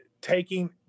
taking